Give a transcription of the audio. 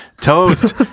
toast